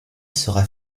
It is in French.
sera